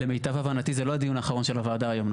למיטב הבנתי זה לא הדיון האחרון של הוועדה היום,